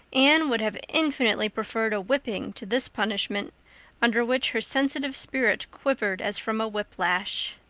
anne would have infinitely preferred a whipping to this punishment under which her sensitive spirit quivered as from a whiplash.